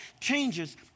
changes